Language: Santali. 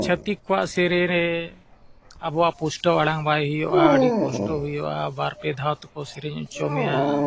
ᱪᱷᱟᱹᱛᱤᱠ ᱠᱚᱣᱟᱜ ᱥᱮᱨᱮᱧ ᱨᱮ ᱟᱵᱚᱣᱟᱜ ᱯᱩᱥᱴᱟᱹᱣ ᱟᱲᱟᱝ ᱵᱟᱭ ᱦᱩᱭᱩᱜᱼᱟ ᱟᱹᱰᱤ ᱠᱚᱥᱴᱚ ᱦᱩᱭᱩᱜᱼᱟ ᱵᱟᱨ ᱯᱮ ᱫᱷᱟᱣ ᱛᱮᱠᱚ ᱥᱮᱨᱮᱧ ᱦᱚᱪᱚ ᱢᱮᱭᱟ